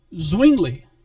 Zwingli